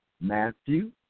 Matthew